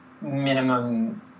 minimum